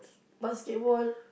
basketball